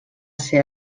ser